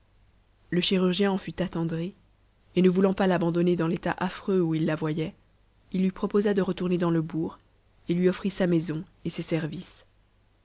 le chirurgien en fut attendri et ne voulant pas l'abandonner dans l'état affreux où il la voyait il lui proposa de retourner dans le bourg et lui offrit sa maison et ses services